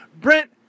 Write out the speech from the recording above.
Brent